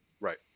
Right